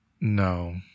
No